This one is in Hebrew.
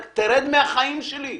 רק תרד מהחיים שלי.